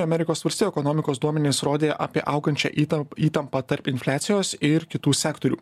amerikos valstijų ekonomikos duomenys rodė apie augančią įtam įtampą tarp infliacijos ir kitų sektorių